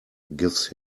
gives